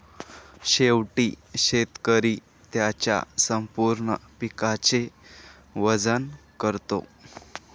शेवटी शेतकरी त्याच्या संपूर्ण पिकाचे वजन करतो